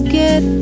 get